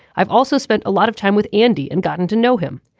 i've also spent a lot of time with andy and gotten to know him.